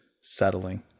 settling